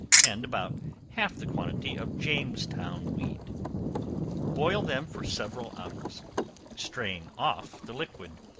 and about half the quantity of jamestown weed boil them for several hours strain off the liquid,